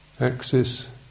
axis